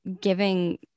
giving